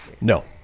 no